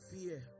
fear